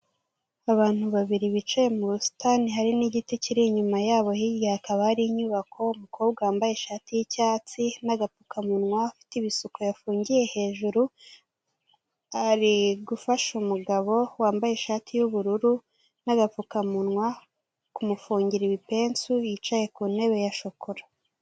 Abantu babiri bicaye mu busitani hari n'igiti kiri inyuma yabo hirya hakaba hari inyubako umukobwa wambaye ishati y'icyatsi n'agapfukamunwa, afite ibisuko yafungiye hejuru, ari gufasha umugabo wambaye ishati y'ubururu n'agapfukamunwa kumufugira ibipesu yicaye ku ntebe ya shokora.